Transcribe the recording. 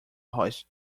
hoist